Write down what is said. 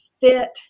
fit